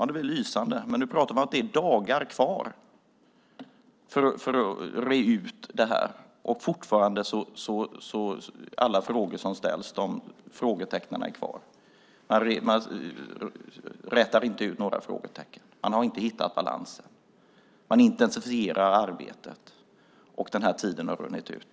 Det är lysande, men det är bara dagar kvar för att reda ut detta, och man rätar inte ut några frågetecken. Man har inte hittat balansen. Man intensifierar arbetet, men tiden har runnit ut.